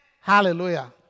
Hallelujah